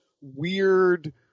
weird –